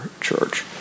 church